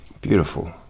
beautiful